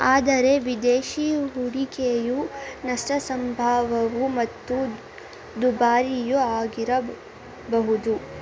ಆದರೆ ವಿದೇಶಿ ಹೂಡಿಕೆಯು ನಷ್ಟ ಸಂಭವವು ಮತ್ತು ದುಬಾರಿಯು ಆಗಿರಬಹುದು